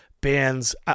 bands